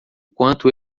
quanto